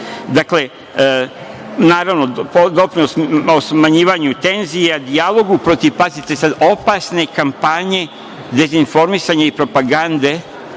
dakle, naravno, doprinos smanjivanju tenzija, dijalogu, protiv opasne kampanje dezinformisanja i propagande